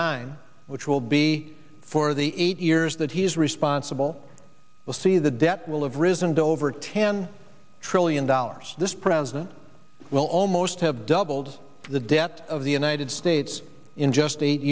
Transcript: nine which will be for the eight years that he is responsible will see the debt will have risen to over ten trillion dollars this president will almost have doubled the debt of the united states in just eight